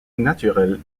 naturel